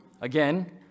again